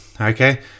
okay